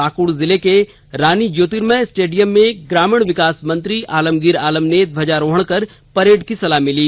पाक्ड़ जिले के रानी ज्योर्तिमय स्टेडियम में ग्रामीण विकास मंत्री आलमगीर आलम ने ध्वजारोहण कर परेड की सलामी ली